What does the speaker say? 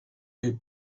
who